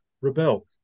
rebel